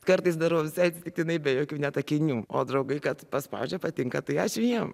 kartais darau visai atsitiktinai be jokių net akinių o draugai kad paspaudžia patinka tai ačiū jiem